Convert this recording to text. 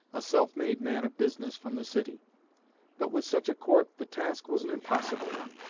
a self-made man of business from the city but with such a court the task was an impossible one.